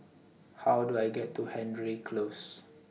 How Do I get to Hendry Close